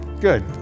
Good